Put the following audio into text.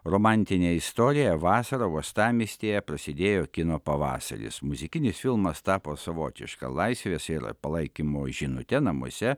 romantinė istorija vasarą uostamiestyje prasidėjo kino pavasaris muzikinis filmas tapo savotiška laisvės ir palaikymo žinute namuose